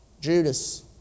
Judas